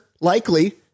likely